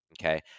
Okay